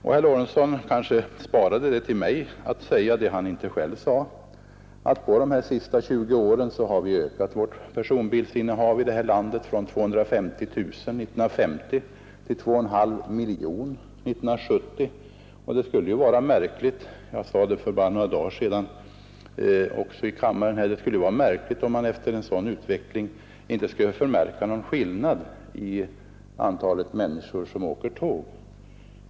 Herr Lorentzon kanske sparade till mig att säga vad han inte själv sade, nämligen att på de senaste 20 åren har personbilsinnehavet i landet ökat från 250 000 år 1950 till 2,5 miljoner år 1970. Det skulle vara märkligt — jag sade det för bara några dagar sedan, också i kammaren — om man efter en sådan utveckling inte skulle ha någon skillnad i antalet människor som åker tåg.